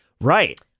right